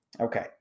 Okay